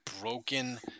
broken